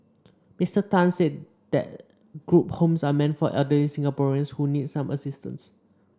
Mister Tan said the group homes are meant for elderly Singaporeans who need some assistance